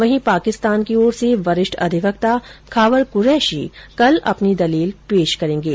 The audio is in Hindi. वहीं पाकिस्तान की ओर से वरिष्ठ अधिवक्ता खावर क्रेशी कल अपनी दलील पेश करेंगे